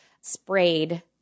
sprayed